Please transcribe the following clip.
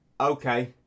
okay